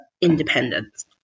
independence